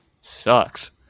sucks